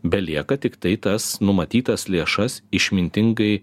belieka tiktai tas numatytas lėšas išmintingai